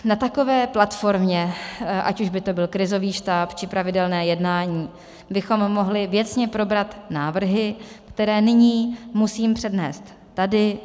Na takové platformě, ať už by to byl krizový štáb, či pravidelná jednání, bychom mohli věcně probrat návrhy, které nyní musím přednést tady.